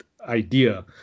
idea